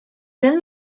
ten